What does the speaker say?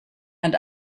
and